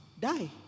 die